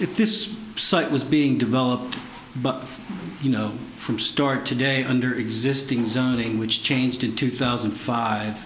if this site was being developed but you know from start today under existing zoning which changed in two thousand and five